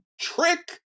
Trick